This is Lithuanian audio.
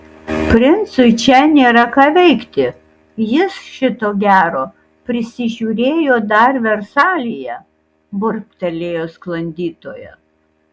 princui čia nėra ką veikti jis šito gero prisižiūrėjo dar versalyje burbtelėjo sklandytoja